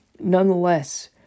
Nonetheless